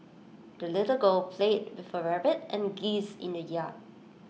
the little girl played with her rabbit and geese in the yard